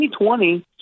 2020